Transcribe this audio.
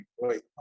Wait